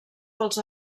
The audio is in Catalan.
dels